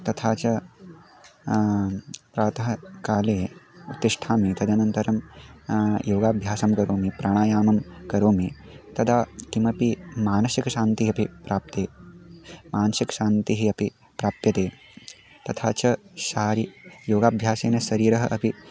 तथा च प्रातःकाले उत्तिष्ठामि तदनन्तरं योगाभ्यासं करोमि प्राणायामं करोमि तदा किमपि मानसिकशान्तिः अपि प्राप्ता मानसिकरशान्तिः अपि प्राप्यते तथा च शारीरिकं योगाभ्यासेन शरीरः अपि